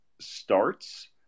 starts